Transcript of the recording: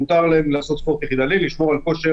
מותר להם לעשות ספורט יחידני ולשמור על כושר